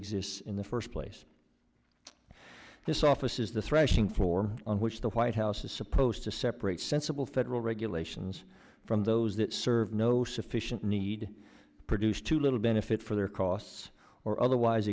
exists in the first place this office is the threshing floor on which the white house is supposed to separate sensible federal regulations from those that serve no sufficient need produce too little benefit for their costs or otherwise